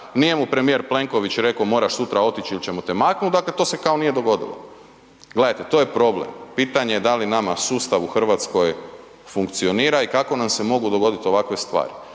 nije mu premijer Plenković rekao, moraš sutra otići ili ćemo te maknuti, dakle to se kao nije dogodilo. Gledajte, to je problem. Pitanje je da li nama sustav u Hrvatskoj funkcionira i kako nam se mogu dogoditi ovakve stvari.